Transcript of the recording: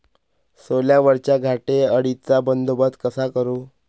सोल्यावरच्या घाटे अळीचा बंदोबस्त कसा करू?